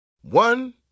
One